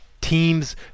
teams